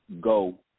go